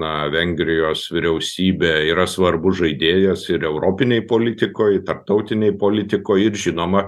na vengrijos vyriausybė yra svarbu žaidėjas ir europinėj politikoj tarptautinėj politikoj ir žinoma